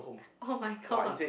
[oh]-my-god